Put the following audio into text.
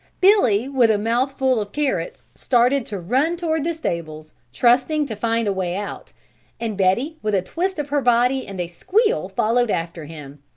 billy, with a mouthful of carrots, started to run toward the stables, trusting to find a way out and betty with a twist of her body and a squeal followed after him.